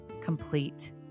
complete